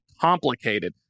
complicated